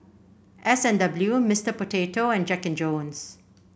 S and W Mister Potato and Jack And Jones